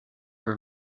for